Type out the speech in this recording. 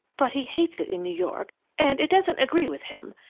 but he hates it in new york and it doesn't agree with him,